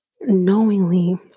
knowingly